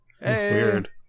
weird